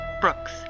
Brooks